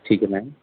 ٹھیک ہے میم